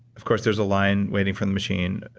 of course, there's a line waiting for the machine,